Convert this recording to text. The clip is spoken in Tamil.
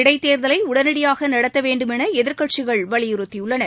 இடைத் தேர்தலை உடனடியாக நடத்த வேண்டுமென எதிர்க்கட்சிகள் வலியுறுத்தியுள்ளன